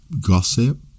gossip